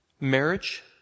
marriage